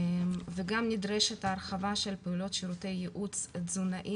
וגם נדרשת הרחבה של פעולות שירותי ייעוץ תזונאי